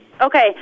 Okay